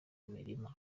mirima